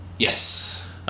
Yes